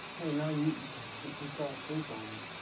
hey no, you you fell asleep on me.